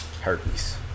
Herpes